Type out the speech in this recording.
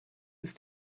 ist